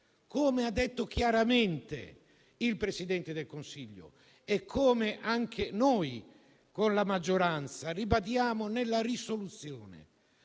Come ha detto chiaramente il Presidente del Consiglio e come anche noi, con la maggioranza, ribadiamo nella proposta